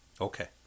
okay